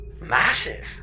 Massive